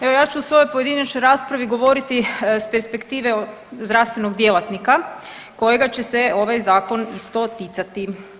Evo ja ću u svojoj pojedinačnoj raspravi govoriti s perspektive zdravstvenog djelatnika kojega će se ovaj zakon isto ticati.